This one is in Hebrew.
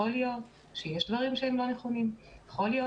יכול להיות שיש דברים שאינם נכונים ויכול להיות